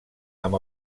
amb